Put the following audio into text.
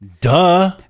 duh